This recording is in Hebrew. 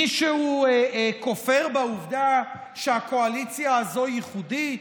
מישהו כופר בעובדה שהקואליציה הזאת ייחודית?